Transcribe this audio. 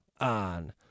on